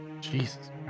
Jesus